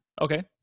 Okay